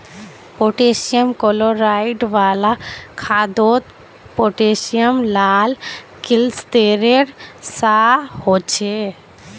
potassium chloride वाला खादोत potassium लाल क्लिस्तेरेर सा होछे